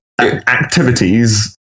activities